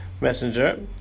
messenger